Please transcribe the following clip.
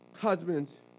Husbands